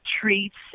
treats